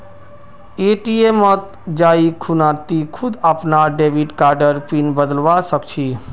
ATM मत जाइ खूना टी खुद अपनार डेबिट कार्डर पिन बदलवा सख छि